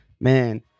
man